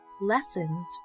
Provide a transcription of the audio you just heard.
Lessons